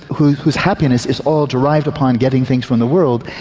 whose whose happiness is all derived upon getting things from the world,